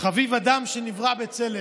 "חביב אדם שנברא בצלם".